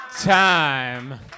Time